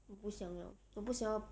我不想要我不想要